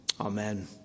Amen